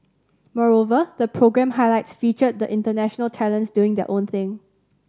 moreover the programme highlights featured the international talents doing their own thing